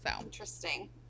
Interesting